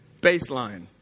Baseline